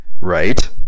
Right